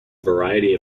variety